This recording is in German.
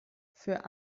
für